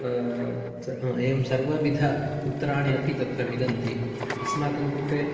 एवं सर्वविध उत्तराणि अपि तत्र मिलन्ति अस्माकं कृते